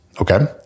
Okay